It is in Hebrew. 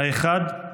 האחד,